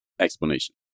explanation